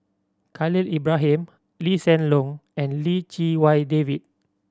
Khalil Ibrahim Lee Hsien Loong and Lim Chee Wai David